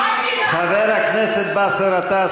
חבר הכנסת באסל גטאס,